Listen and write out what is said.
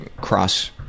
cross